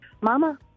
Mama